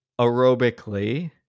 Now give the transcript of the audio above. aerobically